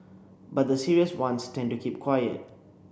but the serious ones tend to keep quiet